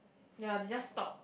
ya they just stop